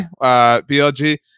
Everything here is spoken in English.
blg